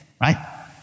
right